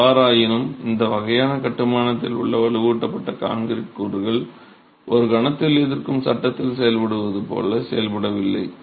எவ்வாறாயினும் இந்த வகையான கட்டுமானத்தில் உள்ள வலுவூட்டப்பட்ட கான்கிரீட் கூறுகள் ஒரு கணத்தில் எதிர்க்கும் சட்டத்தில் செயல்படுவது போல் செயல்படவில்லை